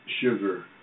sugar